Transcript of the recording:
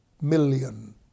million